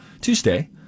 Tuesday